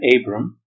Abram